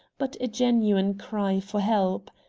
but a genuine cry for help.